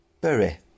Bury